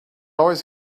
always